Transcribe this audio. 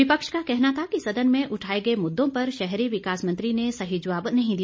विपक्ष का कहना था कि सदन में उठाए गए मुद्दों पर शहरी विकास मंत्री ने सही जवाब नहीं दिया